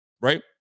right